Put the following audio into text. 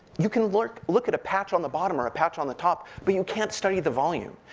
you can look look at a patch on the bottom, or a patch on the top, but you can't study the volume.